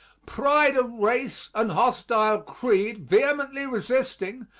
pride of race and hostile creed vehemently resisting,